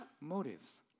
motives